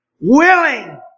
willing